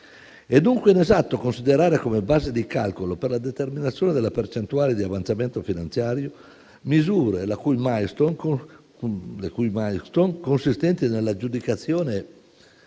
È dunque inesatto considerare come base di calcolo per la determinazione della percentuale di avanzamento finanziario misure le cui *milestone*, consistenti nell'aggiudicazione